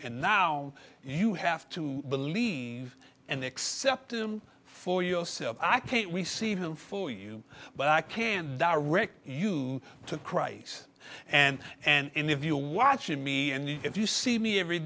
and now you have to believe and accept him for yourself i can't receive him for you but i can direct you to crises and and if you are watching me and if you see me every